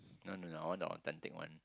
no no no I want the authentic one